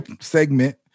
segment